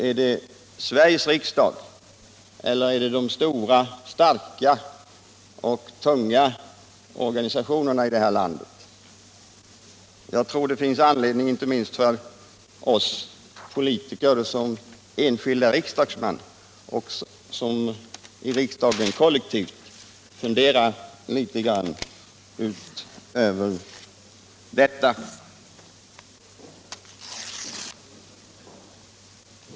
Är det Sveriges riksdag eller är det de stora, starka och tunga organisationerna som man älskar att tala om? Jag tror att det finns anledning inte minst för oss politiker, både som enskilda riksdagsmän och i riksdagen som kollektiv, att fundera litet grand över detta.